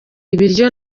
ibiryo